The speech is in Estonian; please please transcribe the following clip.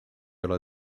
ole